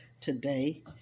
today